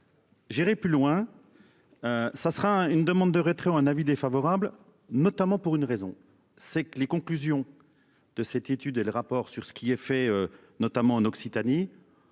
J'irai plus loin. Ça sera une demande de retrait. Un avis défavorable notamment pour une raison, c'est que les conclusions de cette étude et le rapport sur ce qui est fait, notamment en Occitanie.